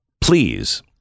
Please